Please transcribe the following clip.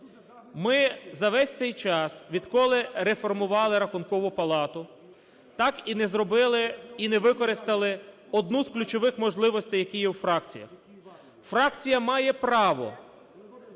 Ми за весь час, відколи реформували Рахункову палату, так і не зробили, і не використали одну з ключових можливостей, які є у фракціях. Фракція має право,